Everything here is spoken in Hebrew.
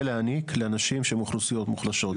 להעניק לאנשים שהם אוכלוסיות מוחלשות.